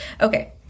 Okay